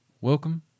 Welcome